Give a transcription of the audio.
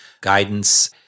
guidance